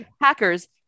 hackers